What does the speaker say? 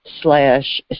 slash